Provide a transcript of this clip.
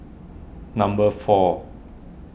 number four